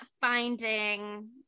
finding